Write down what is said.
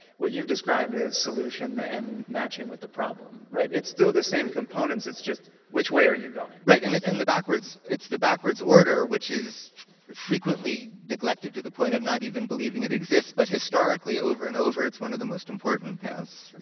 what you've described is solution, the end matching with the problem, right? it's still the same components, it's just, which way are you going? right, and it's in yeah. the backwards, it's the backwards order, which is frequently neglected to the point of not even believing it exists, but historically, over and over, it's one of the most important paths,